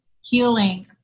healing